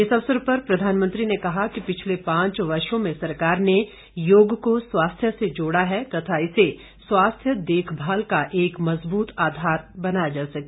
इस अवसर पर प्रधानमंत्री ने कहा कि पिछले पांच वर्षों में सरकार ने योग को स्वास्थ्य से जोड़ा है तथा इसे स्वास्थ्य देखभाल का एक मजबूत आधार बनाया जा सके